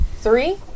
three